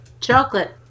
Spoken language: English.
Chocolate